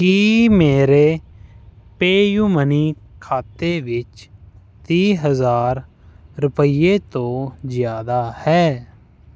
ਕੀ ਮੇਰੇ PayU money ਖਾਤੇ ਵਿੱਚ ਤੀਹ ਹਜ਼ਾਰ ਰੁਪਈਏ ਤੋਂ ਜ਼ਿਆਦਾ ਹੈ